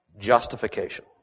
Justification